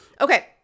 Okay